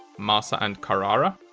massa and carrara,